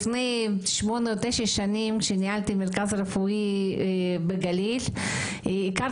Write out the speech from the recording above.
לפני שמונה או תשע שנים כשניהלתי את מרכז הרפואי בגליל הכרתי